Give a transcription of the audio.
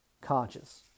conscious